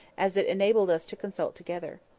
as it enabled us to consult together.